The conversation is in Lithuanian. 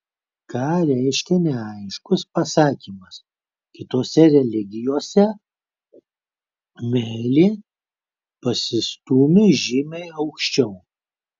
ką reiškia neaiškus pasakymas kitose religijose meilė pasistūmi žymiai aukščiau